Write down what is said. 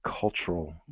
cultural